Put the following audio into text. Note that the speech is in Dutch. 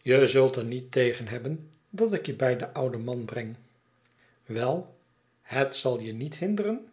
je zult er niet tegen hebben dat ik je bij den ouden man breng wel het zal je niet hinderen